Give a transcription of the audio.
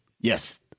Yes